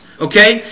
okay